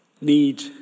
need